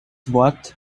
wort